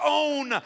own